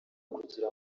kugira